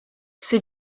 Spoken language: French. ces